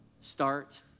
Start